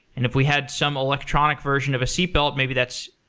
and if we had some electronic version of a seatbelt, maybe that's